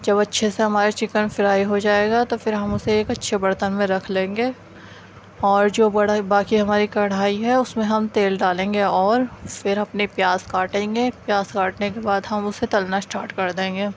جب اچھے سے ہمارا چکن فرائی ہو جائے گا تو پھر ہم اُسے ایک اچھے برتن میں رکھ لیں گے اور جو بڑا باقی ہماری کڑھائی ہے اُس میں ہم تیل ڈالیں گے اور پھر اپنے پیاز کاٹیں گے پیاز کاٹنے کے بعد ہم اُسے تلنا اسٹاٹ کر دیں گے